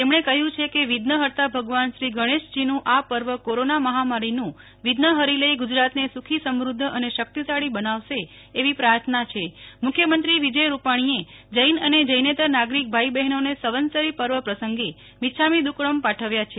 તેમણે કહ્યું છે કે વિઘ્નહર્તા ભગવાન શ્રી ગણેશજીનું આ પર્વ કોરોના મહામારીનું વિઘ્ન ફરી લઈ ગુજરાતને સુખી સમૃધ્ધ અને શકિતશાળી બનાવશે એવી પ્રાર્થના હાં મુખ્યમંત્રી વિજય રૂપાણીએ જૈન અને જૈનેતર નાગરિક ભાઇ બહેનોને સંવત્સરી પર્વ પ્રસંગે મિચ્છામી દુકકડમ પાઠવ્યા છે